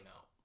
out